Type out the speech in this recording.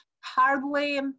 hardly